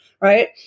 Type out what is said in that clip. Right